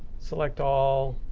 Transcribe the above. select all,